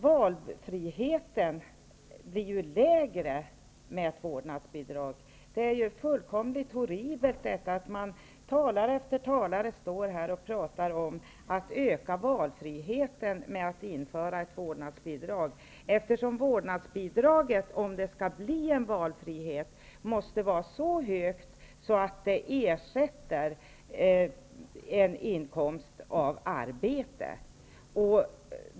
Valfriheten blir ju mindre med ett vårdnadsbidrag. Det är fullkomligt horribelt att talare efter talare pratar om att öka valfriheten genom att införa ett vårdnadsbidrag. Om det skall bli en valfrihet måste vårdnadsbidraget vara så högt att det ersätter en inkomst av arbete.